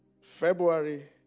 February